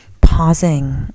pausing